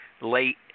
late